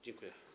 Dziękuję.